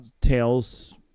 Tales